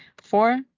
Four